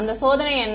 அந்த சோதனை என்ன